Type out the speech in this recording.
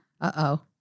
uh-oh